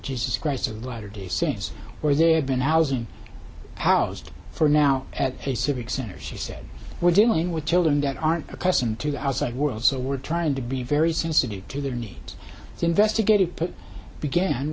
jesus christ of latter day saints where they have been housing housed for now at a civic center she said we're dealing with children that aren't accustomed to the outside world so we're trying to be very sensitive to their needs investigative put began